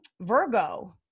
Virgo